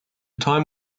time